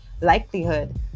likelihood